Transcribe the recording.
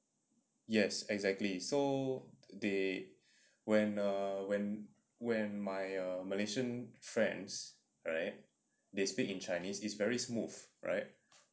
yes exactly so they when err when when my err malaysian friends right they speak in chinese is very smooth right